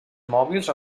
mòbils